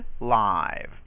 live